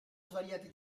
svariati